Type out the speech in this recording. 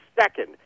second